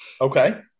Okay